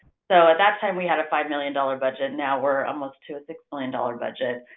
so, at that time, we had a five million dollars budget. now we're almost to a six million dollars budget.